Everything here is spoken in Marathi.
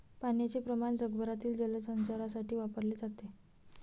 पाण्याचे प्रमाण जगभरातील जलचरांसाठी वापरले जाते